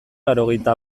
laurogeita